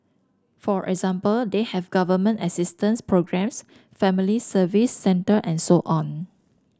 for example they have government assistance programmes family service centre and so on